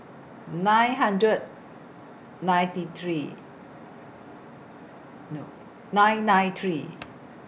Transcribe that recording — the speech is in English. nine hundred ninety three nine nine three